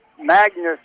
Magnus